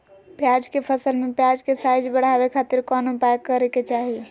प्याज के फसल में प्याज के साइज बढ़ावे खातिर कौन उपाय करे के चाही?